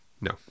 no